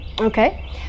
Okay